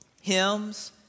hymns